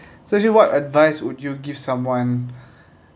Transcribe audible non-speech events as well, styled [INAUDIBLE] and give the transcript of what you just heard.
so actually what advice would you give someone [BREATH]